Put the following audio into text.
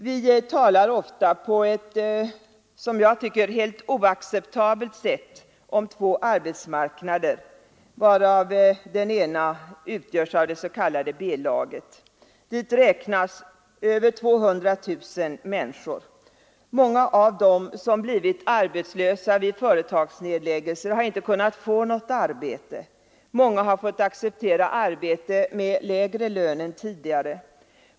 Vi talar ofta på ett, som jag tycker, helt oacceptabelt sätt om två arbetsmarknader, varav den ena utgörs av det s.k. B-laget. Dit räknas över 200000 människor. Många av dem som blivit arbetslösa vid företagsnedläggelser har inte kunnat få något arbete. Många har fått acceptera arbete med lägre lön än tidigare.